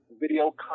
video